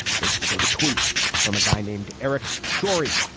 they quote a tweet from a guy named eric shorey,